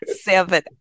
seven